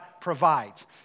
provides